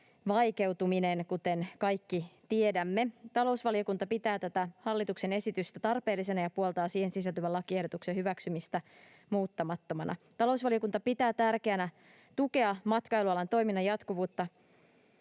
vaikeutuminen, kuten kaikki tiedämme. Talousvaliokunta pitää tätä hallituksen esitystä tarpeellisena ja puoltaa siihen sisältyvän lakiehdotuksen hyväksymistä muuttamattomana. Talousvaliokunta pitää tärkeänä tukea matkailualan toimivuuden jatkuvuutta